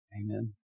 Amen